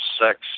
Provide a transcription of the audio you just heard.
sex